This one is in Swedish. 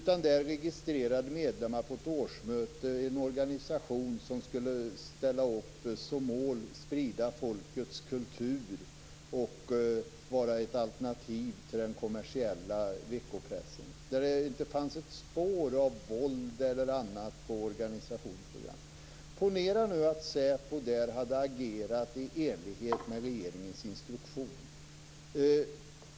Man registrerade medlemmar på ett årsmöte i en organisation som hade som mål att sprida folkets kultur och vara ett alternativ till den kommersiella veckopressen. Det fanns inte ett spår av våld eller annat i organisationens program. Ponera nu att säpo där hade agerat i enlighet med regeringens instruktioner!